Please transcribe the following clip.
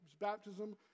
baptism